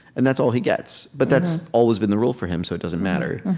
and that's all he gets. but that's always been the rule for him, so it doesn't matter.